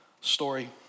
story